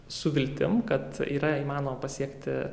su viltim kad yra įmanoma pasiekti